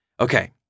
Okay